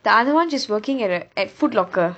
the other one just working at uh at foot locker